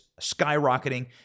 skyrocketing